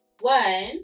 One